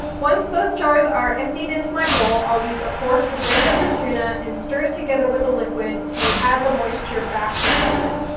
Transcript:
once both jars are emptied into my bowl, i'll use a fork to break up the tuna and stir it together with the liquid to add the moisture back to the tuna.